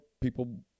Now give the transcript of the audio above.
people